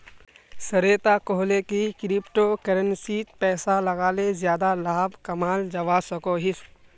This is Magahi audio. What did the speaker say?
श्वेता कोहले की क्रिप्टो करेंसीत पैसा लगाले ज्यादा लाभ कमाल जवा सकोहिस